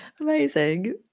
Amazing